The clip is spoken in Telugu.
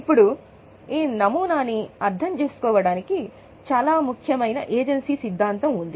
ఇప్పుడు ఈ నమూనాను అర్థం చేసుకోవడానికి చాలా ముఖ్యమైన ఏజెన్సీ సిద్ధాంతం ఉంది